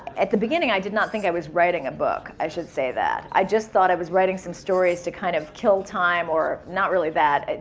at the beginning i did not think i was writing a book, i should say that. i just thought i was writing some stories to kind of kill time, or not really that,